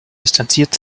distanziert